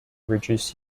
reduce